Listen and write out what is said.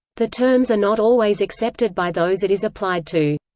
the terms are not always accepted by those it is applied to.